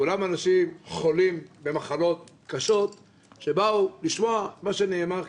כולם אנשים חולים במחלות קשות שבאו לשמוע את מה שנאמר כאן,